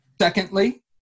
Secondly